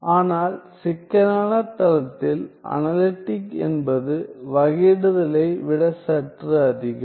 ஆனால் சிக்கலான தளத்தில் அனலட்டிக் என்பது வகையிடுதலை விட சற்று அதிகம்